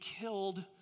killed